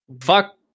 fuck